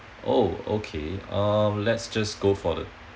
oh okay uh let's just go for the